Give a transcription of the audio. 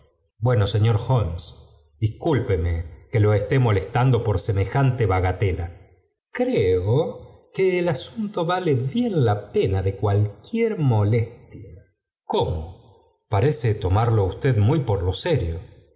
bueno señor holmes discúlpeme que lo esté molestando por semejante bagatela creo que el asunto vale bien la pena de cualquier molestia iuiem k wliqutí i cómo parece tomarlo usted muy por lo sec